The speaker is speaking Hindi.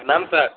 प्रणाम सर